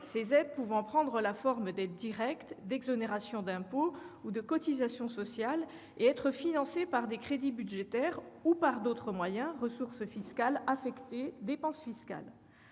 ces aides pouvant prendre la forme d'aides directes, d'exonérations d'impôt ou de cotisations sociales et être financées par des crédits budgétaires ou par d'autres moyens- ressources fiscales affectées, dépense fiscale.